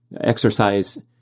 exercise